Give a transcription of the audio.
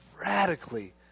radically